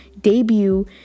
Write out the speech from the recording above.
debut